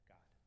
God